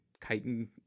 chitin